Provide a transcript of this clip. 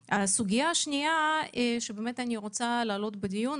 שניה שאני רוצה להעלות בדיון,